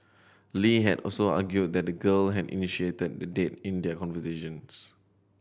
Lee had also argued that the girl had initiated the date in their conversations